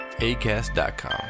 Acast.com